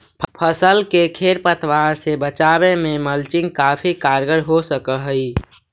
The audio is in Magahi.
फसल के खेर पतवार से बचावे में मल्चिंग काफी कारगर हो सकऽ हई